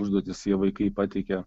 užduotis jie vaikai pateikia